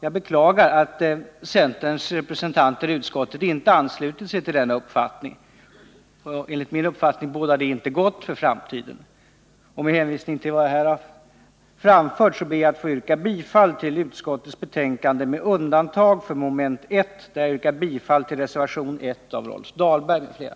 Jag beklagar att centerpartiets representanter i utskottet inte har anslutit sig till denna uppfattning. Det bådar enligt min mening inte gott för framtiden. Med hänvisning till vad jag här framfört ber jag att få yrka bifall till utskottets hemställan med undantag för mom. 1, där jag yrkar bifall till reservation 1 av Rolf Dahlberg m.fl.